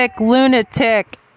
lunatic